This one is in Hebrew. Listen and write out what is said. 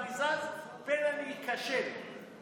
ואני זז פן איכשל.